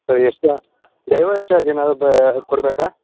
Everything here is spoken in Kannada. ಸರ್ ಎಷ್ಟು ಡಿಲಿವರಿ ಚಾರ್ಜ್ ಏನಾದ್ರು ಬ ಕೊಡಬೇಕಾ